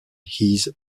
his